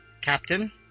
Captain